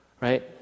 Right